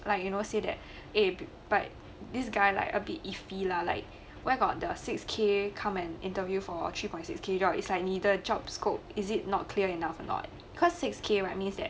like you know say that eh but this guy like a bit iffy lah like where got the six K come and interview for three point six K job is like 你的 job scope is it not clear enough or not cause six K right means that